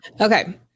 okay